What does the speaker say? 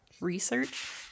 research